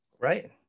right